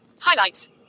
Highlights